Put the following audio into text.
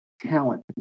Talent